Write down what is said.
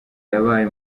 yabaye